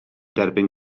derbyn